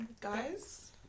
Guys